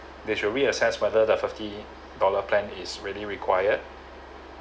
they should reassess whether the fifty dollar plan is really required